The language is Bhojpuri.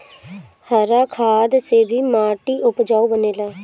हरा खाद से भी माटी उपजाऊ बनेला